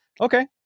okay